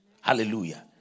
Hallelujah